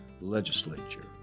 Legislature